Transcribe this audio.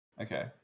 Okay